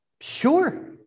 Sure